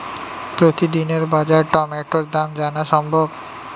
প্রতিদিনের বাজার টমেটোর দাম জানা সম্ভব?